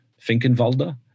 Finkenwalde